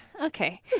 okay